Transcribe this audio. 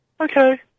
Okay